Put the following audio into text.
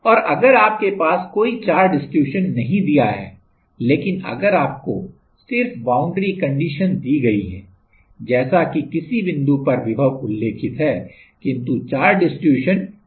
और अगर आपके पास कोई चार्ज डिस्ट्रीब्यूशन नहीं दिया है लेकिन अगर आपको सिर्फ बाउंड्री कंडीशन दी गई है जैसे कि किसी बिन्दु पर विभव उल्लेखित है किन्तु चार्ज डिस्ट्रीब्यूशन ज्ञात नहीं है